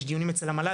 יש דיונים אצל המל"ל,